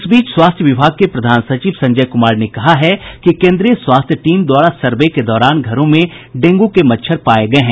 इस बीच स्वास्थ्य विभाग के प्रधान सचिव संजय कुमार ने कहा है कि केन्द्रीय स्वास्थ्य टीम द्वारा सर्वे के दौरान घरों में डेंगू के मच्छर पाये गये हैं